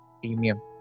premium